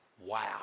Wow